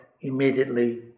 immediately